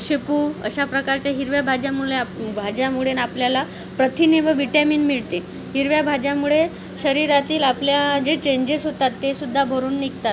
शेपू अशाप्रकारच्या हिरव्या भाज्यामुळे आप भाज्यामुळे आपल्याला प्रथिने व विटॅमिन मिळते हिरव्या भाज्यामुळे शरिरातील आपल्या जे चेंजेस होतात ते सुद्धा भरून निघतात